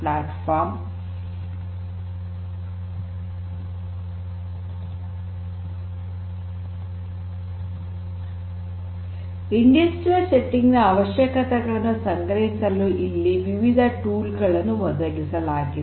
ಕೈಗಾರಿಕಾ ಸೆಟ್ಟಿಂಗ್ ನ ಅವಶ್ಯಕತೆಗಳನ್ನು ಸಂಗ್ರಹಿಸಲು ಇಲ್ಲಿ ವಿವಿಧ ಸಾಧನಗಳನ್ನು ಒದಗಿಸಲಾಗಿದೆ